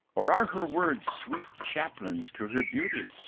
or are her words sweet chaplains to her beauty?